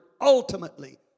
ultimately